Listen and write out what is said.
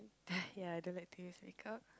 ya I don't like to use makeup